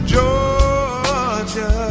Georgia